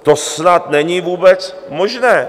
To snad není vůbec možné!